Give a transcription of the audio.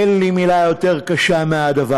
אין לי מילה יותר קשה מזה,